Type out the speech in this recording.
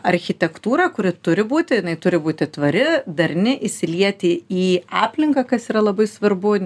architektūrą kuri turi būti jinai turi būti tvari darni įsilieti į aplinką kas yra labai svarbu